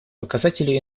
показатели